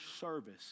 service